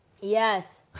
Yes